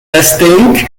testing